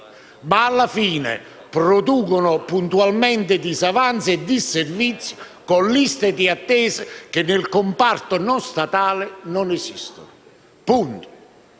ma in realtà producono puntualmente disavanzi e disservizi con liste d'attesa che nel comparto non statale non esistono. Questa